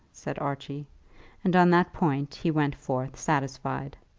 said archie and on that point he went forth satisfied.